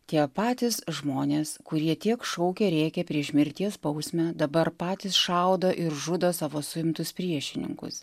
tie patys žmonės kurie tiek šaukė rėkė prieš mirties bausmę dabar patys šaudo ir žudo savo suimtus priešininkus